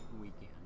weekend